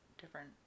different